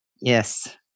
Yes